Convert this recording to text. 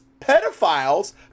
pedophiles